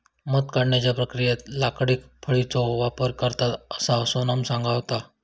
मध काढण्याच्या प्रक्रियेत लाकडी फळीचो वापर करतत, असा सोनम सांगत होता